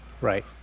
Right